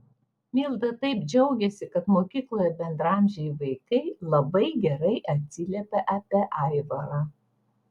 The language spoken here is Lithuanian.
milda taip pat džiaugiasi kad mokykloje bendraamžiai vaikai labai gerai atsiliepia apie aivarą